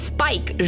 Spike